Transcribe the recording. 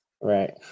Right